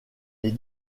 les